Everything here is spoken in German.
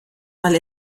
mal